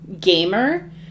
gamer